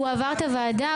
הוא עבר את הוועדה,